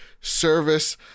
service